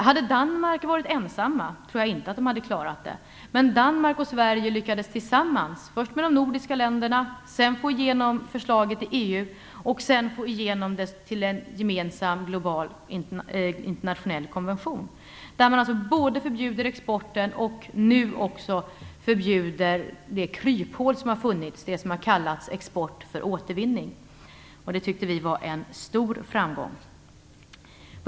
Hade Danmark varit ensamt tror jag inte att man hade klarat det, men Danmark och Sverige lyckades tillsammans få igenom förslaget, först bland de nordiska länderna, sedan i EU och därefter som en global internationell konvention, där man både förbjuder export och nu också vad som har kallats export för återvinning och som har fungerat som ett kryphål. Detta tycker vi är en stor framgång.